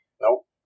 Nope